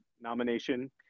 nomination